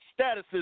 statuses